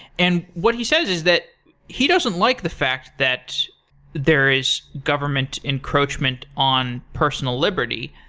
and what he says is that he doesn't like the fact that there is government encroachment on personal liberty,